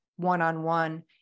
one-on-one